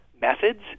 methods